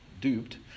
duped